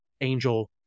angel